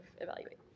evaluate